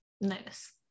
nice